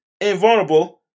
invulnerable